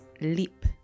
leap